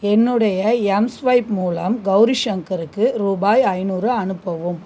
என்னுடைய எம்ஸ்வைப் மூலம் கௌரி சங்கருக்கு ரூபாய் ஐநூறு அனுப்பவும்